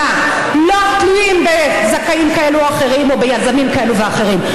ללא תלות בזכאים כאלה או אחרים או ביזמים כאלה ואחרים.